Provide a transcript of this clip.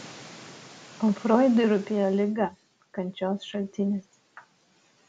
o froidui rūpėjo liga kančios šaltinis